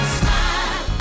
smile